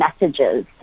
messages